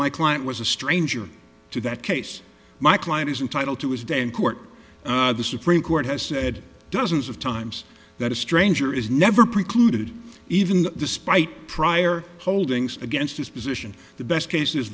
my client was a stranger to that case my client is entitle to his day in court the supreme court has said dozens of times that a stranger is never precluded even despite prior holdings against his position the best case